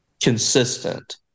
consistent